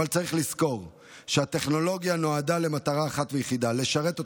אבל צריך לזכור שהטכנולוגיה נועדה למטרה אחת ויחידה: לשרת אותנו,